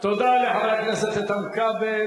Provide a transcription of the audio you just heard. תודה לחבר הכנסת איתן כבל.